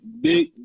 big